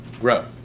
grow